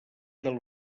del